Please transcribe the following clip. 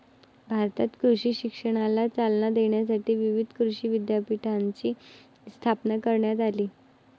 भारतात कृषी शिक्षणाला चालना देण्यासाठी विविध कृषी विद्यापीठांची स्थापना करण्यात आली